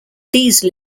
these